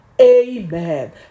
amen